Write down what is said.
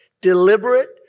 deliberate